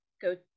go